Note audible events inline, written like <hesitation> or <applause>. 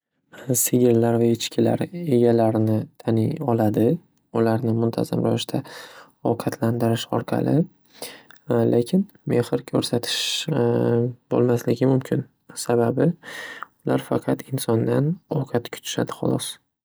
Sigirlar va echkilar egalarini taniy oladi ularni muntazam ravishda ovqatlantirish orqali. <hesitation> Lekin mehr ko‘rsatish <hesitation> bo‘lmasliki mumkin, sababi ular faqat insondan ovqat kutishadi holos.